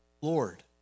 Lord